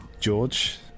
George